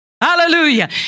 Hallelujah